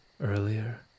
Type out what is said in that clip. earlier